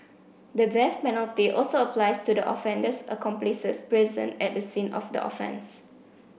the death penalty also applies to the offender's accomplices present at a scene of the offence